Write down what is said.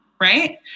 right